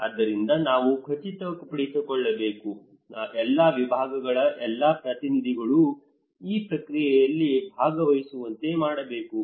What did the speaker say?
ಆದ್ದರಿಂದ ನಾವು ಖಚಿತಪಡಿಸಿಕೊಳ್ಳಬೇಕು ಎಲ್ಲಾ ವಿಭಾಗಗಳ ಎಲ್ಲಾ ಪ್ರತಿನಿಧಿಗಳು ಈ ಪ್ರಕ್ರಿಯೆಯಲ್ಲಿ ಭಾಗವಹಿಸುವಂತೆ ಮಾಡಬೇಕು